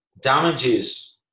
damages